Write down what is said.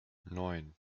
neun